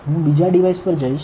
હું બીજા ડિવાઇસ પર જઈશ